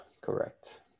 correct